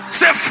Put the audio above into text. say